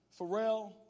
Pharrell